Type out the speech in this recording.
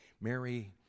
Mary